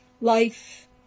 life